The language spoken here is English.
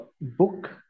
book